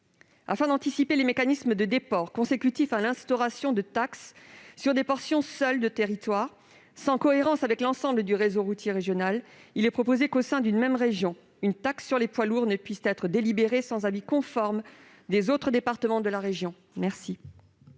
Afin d'anticiper les mécanismes de déport consécutifs à l'instauration de taxes sur des portions isolées de territoires, sans cohérence avec l'ensemble du réseau routier régional, il est proposé que, au sein d'une même région, une taxe sur les poids lourds ne puisse être délibérée sans avis conforme des autres départements de cette